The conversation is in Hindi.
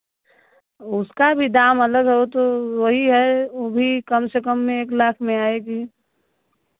उसका भी दाम अलग है वो तो वही है वो भी कम से कम में एक लाख में आएगी